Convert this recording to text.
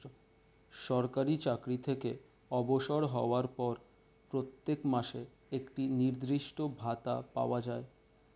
সরকারি চাকরি থেকে অবসর হওয়ার পর প্রত্যেক মাসে একটি নির্দিষ্ট ভাতা পাওয়া যায়